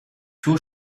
two